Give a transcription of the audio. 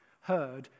heard